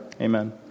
Amen